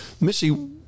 Missy